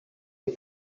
est